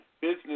business